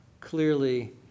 clearly